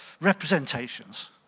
representations